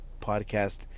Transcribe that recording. podcast